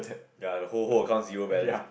ya the whole whole account zero balance